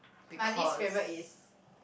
my least favourite is